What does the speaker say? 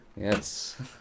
Yes